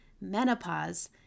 menopause